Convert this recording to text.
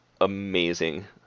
amazing